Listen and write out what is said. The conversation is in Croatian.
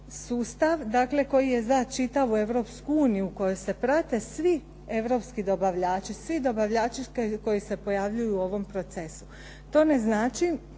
dakle koji je za čitavu Europsku uniju u kojoj se prate svi europski dobavljači, svi dobavljači koji se pojavljuju u ovom procesu. To ne znači